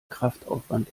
kraftaufwand